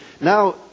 now